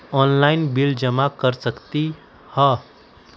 Online bill जमा कर सकती ह?